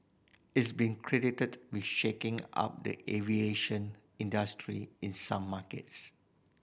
it's been credited with shaking up the aviation industry in some markets